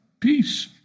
Peace